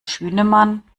schünemann